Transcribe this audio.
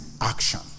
action